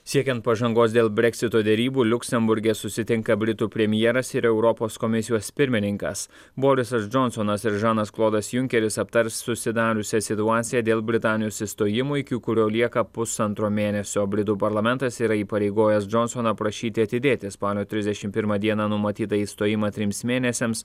siekiant pažangos dėl breksito derybų liuksemburge susitinka britų premjeras ir europos komisijos pirmininkas borisas džonsonas ir žanas klodas junkeris aptars susidariusią situaciją dėl britanijos išstojimo iki kurio lieka pusantro mėnesio britų parlamentas yra įpareigojęs džonsoną prašyti atidėti spalio trisdešimt pirmą dieną numatytą išstojimą trims mėnesiams